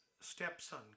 stepson